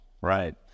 Right